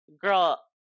girl